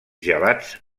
gelats